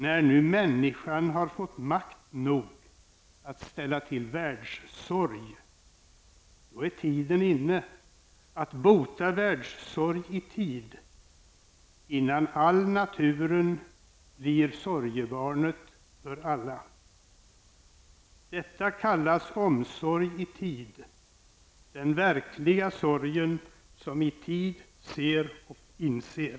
När mänskan nu fått makt nog att ställa till världssorg då är tiden inne att bota världssorg i tid innan all naturen blir sorgebarnet för alla. Detta kallas omsorg i tid. som i tid ser och inser.